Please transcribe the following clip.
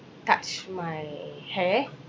touch my hair